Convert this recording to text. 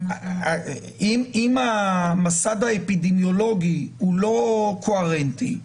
אם המסד האפידמיולוגי הוא לא קוהרנטי,